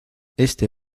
este